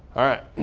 all right,